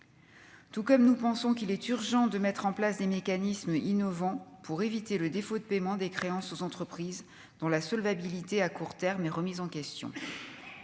tout comme nous pensons qu'il est urgent de mettre en place des mécanismes innovants pour éviter le défaut de paiement des créances aux entreprises dont la solvabilité à court terme est remise en question,